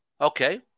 Okay